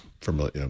familiar